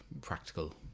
practical